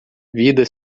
vida